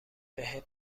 بهت